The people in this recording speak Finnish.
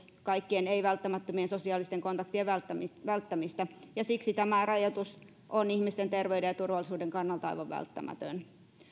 kaikkien ei välttämättömien sosiaalisten kontaktien välttämistä välttämistä ja siksi tämä rajoitus on ihmisten terveyden ja turvallisuuden kannalta aivan välttämätön